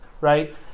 right